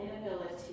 inability